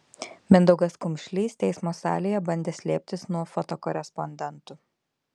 mindaugas kumšlys teismo salėje bandė slėptis nuo fotokorespondentų